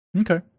Okay